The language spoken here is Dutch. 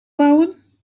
bouwen